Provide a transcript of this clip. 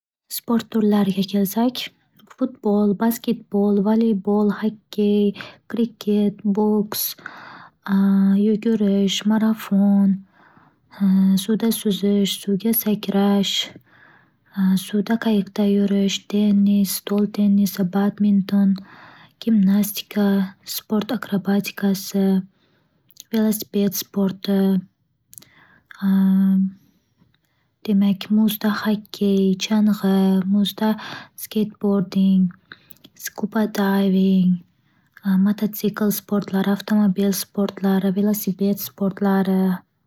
Sport turlariga kelsak, futbol, basketbol, valibol, hokkey, kriket, boks, yugurish, marafon, suvda suzish, suvga sakrash, suvda qayiqda yurish, tennis, stol tennisi, badminton, gimnastika.